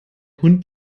hund